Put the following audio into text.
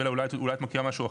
בלה אולי את מכירה משהו אחר?